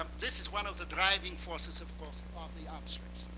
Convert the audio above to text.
um this is one of the driving forces, of course, of the arms race.